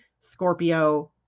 Scorpio